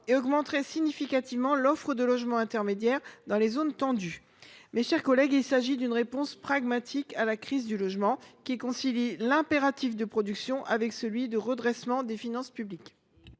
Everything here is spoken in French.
et augmenterait significativement l’offre de logements intermédiaires dans les zones tendues. Mes chers collègues, il s’agit d’une réponse pragmatique à la crise du logement, qui concilie l’impératif de production avec celui de redressement des finances publiques.